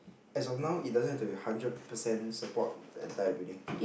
as of now it doesn't have to be hundred percent support the entire building